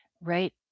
right